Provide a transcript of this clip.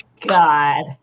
god